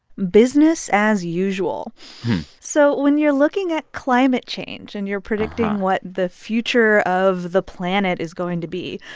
business as usual so when you're looking at climate change and you're predicting what the future of the planet is going to be,